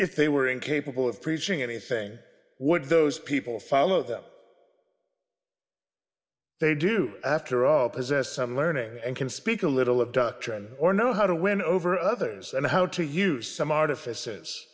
if they were incapable of preaching anything would those people follow them they do after all possess some learning and can speak a little of doctrine or know how to win over others and how to use some artific